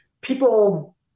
people